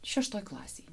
šeštoje klasėje